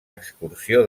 excursió